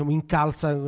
incalza